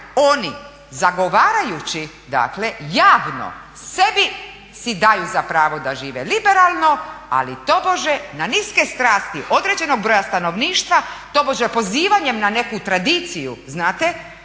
oni zagovarajući dakle javno sebi si daju za pravo da žive liberalno ali tobože na niske strasti određenog broja stanovništva tobože pozivanjem na neku tradiciju znate